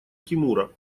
тимура